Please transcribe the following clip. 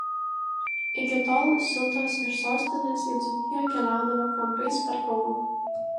iki tol siuntos iš sostinės į dzūkiją keliaudavo kampais per kauną